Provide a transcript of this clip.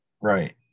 Right